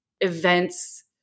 events